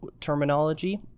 terminology